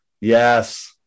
yes